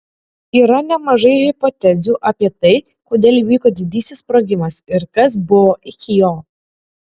yra nemažai hipotezių apie tai kodėl įvyko didysis sprogimas ir kas buvo iki jo